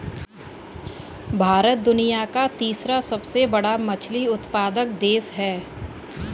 भारत दुनिया का तीसरा सबसे बड़ा मछली उत्पादक देश है